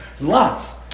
Lots